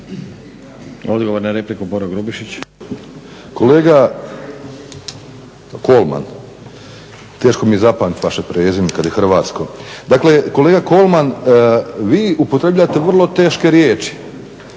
Kolega Kolman, teško mi je zapamtiti vaše prezime kada je hrvatsko. Dakle KOlman vi upotrebljavate vrlo teške riječi,